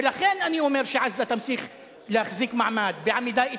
ולכן אני אומר שעזה תמשיך להחזיק מעמד בעמידה איתנה,